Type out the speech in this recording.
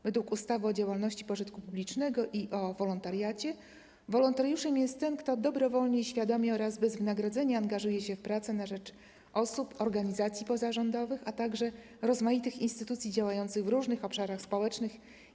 Według ustawy o działalności pożytku publicznego i o wolontariacie wolontariuszem jest ten, kto dobrowolnie, świadomie oraz bez wynagrodzenia angażuje się w pracę na rzecz osób, organizacji pozarządowych, a także rozmaitych instytucji działających w różnych obszarach społecznych.